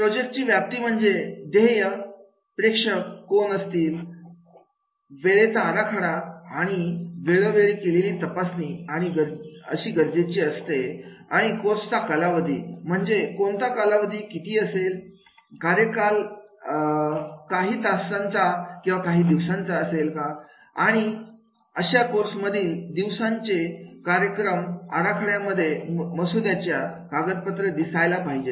project ची व्यक्ती म्हणजे ध्येय प्रेक्षक कोण असतील वेळेचा आराखडा आणि वेळोवेळी केलेली तपासणी आणि गरजेची असते आणि आणि कोर्सचा कालावधी म्हणजे कोणता कालावधी किती असेल कार्यकाल काही तास किंवा काही दिवस आणि अशा कोर्स मधील दिवसांचे कार्यक्रम आराखड्याच्या मसुद्याच्या कागदपत्रांमध्ये दिसायला पाहिजे